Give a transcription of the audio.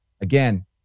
Again